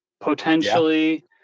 potentially